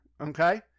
Okay